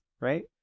right